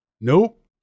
Nope